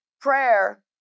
prayer